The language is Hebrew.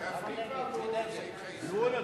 מספיק, נו.